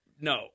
No